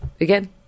again